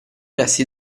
resti